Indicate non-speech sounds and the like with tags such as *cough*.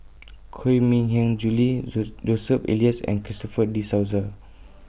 *noise* Koh Mui Hiang Julie Jos Joseph Elias and Christopher De Souza